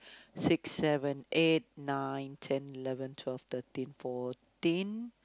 six seven eight nine ten eleven twelve thirteen fourteen